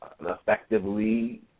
effectively